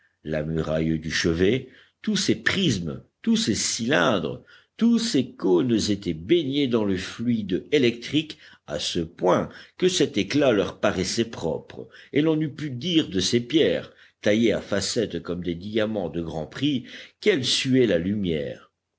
la muraille du chevet tous ces prismes tous ces cylindres tous ces cônes étaient baignés dans le fluide électrique à ce point que cet éclat leur paraissait propre et l'on eût pu dire de ces pierres taillées à facettes comme des diamants de grand prix qu'elles suaient la lumière